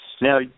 Now